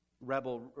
rebel